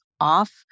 off